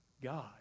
god